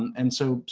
and so,